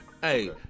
Hey